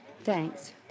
Thanks